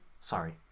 sorry